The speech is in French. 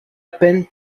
peine